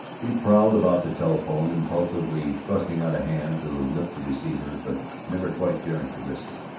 he prowled about the telephone, impulsively thrusting out a hand to lift the receiver, but never quite daring to risk it.